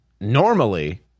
normally